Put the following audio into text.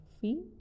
feet